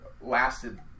lasted